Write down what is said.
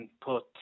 put